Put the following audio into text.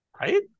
Right